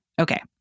Okay